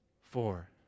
Four